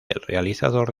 realizador